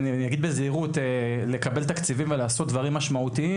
אני אגיד בזהירות לקבל תקציבים ולעשות דברים משמעותיים